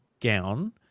gown